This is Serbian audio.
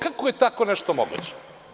Kako je tako nešto moguće?